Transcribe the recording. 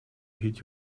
heed